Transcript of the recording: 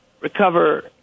recover